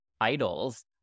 idols